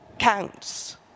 Counts